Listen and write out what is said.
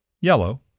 yellow